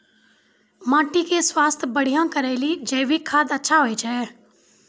माटी के स्वास्थ्य बढ़िया करै ले जैविक खाद अच्छा होय छै?